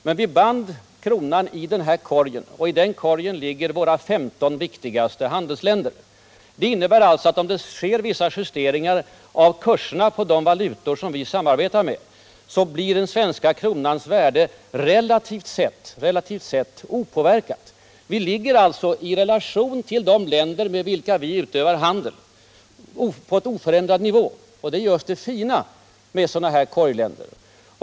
Men vi band kronan i korgen, och i den korgen ligger våra 15 viktigaste handelsländers valutor. Det innebär alltså att om det görs vissa justeringar i kurserna på de valutor som ingår i korgen blir den svenska kronans värde relativt sett opåverkat. Vi ligger alltså på en oförändrad nivå i relation till de länder med vilka vi utövar handel. Detta är just det fina med sådana ”korglösningar”.